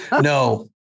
No